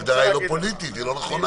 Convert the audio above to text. ההגדרה היא לא פוליטית, היא לא נכונה.